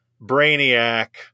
brainiac